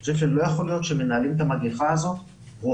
אני חושב שלא יכול להיות שמנהלים את המגפה הזו רוחבית